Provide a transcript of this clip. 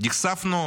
נחשפנו